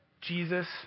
Jesus